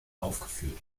aufgeführt